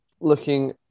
looking